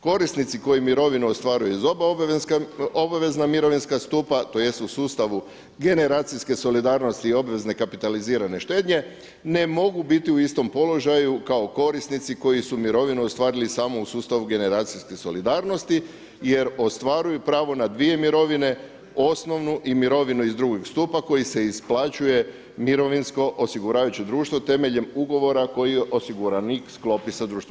Korisnici koji mirovinu ostvaruju iz oba obavezna mirovinska stupa tj. u sustavu generacijske solidarnosti i obvezne kapitalizirane štednje ne mogu biti u istom položaju kao korisnici koji su mirovinu ostvarili samo u sustavu generacijske solidarnosti jer ostvaruju pravo na dvije mirovine osnovnu i mirovinu iz drugog stupa koji se isplaćuje mirovinsko osiguravajuće društvo temeljem ugovora koji osiguranik sklopi sa društvom.